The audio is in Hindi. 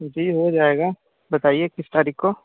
जी हो जाएगा बताइए किस तारीख़ को